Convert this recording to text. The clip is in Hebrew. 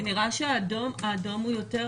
כי נראה שהאדום הוא יותר